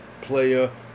player